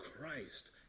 Christ